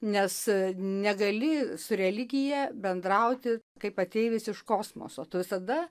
nes negali su religija bendrauti kaip ateivis iš kosmoso tu visada